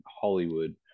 Hollywood